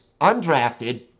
undrafted